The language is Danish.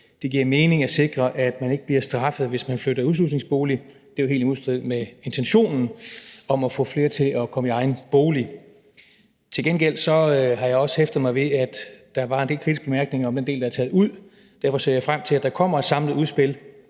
Det giver mening at sikre, at man ikke bliver straffet, hvis man flytter i udslusningsbolig; det er jo helt i modstrid med intentionen om at få flere til at komme i egen bolig. Til gengæld har jeg også hæftet mig ved, at der var en del kritiske bemærkninger om den del, der er taget ud. Derfor ser jeg frem til, at der kommer et samlet udspil